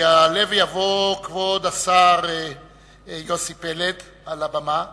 יעלה ויבוא כבוד השר יוסי פלד על הבמה,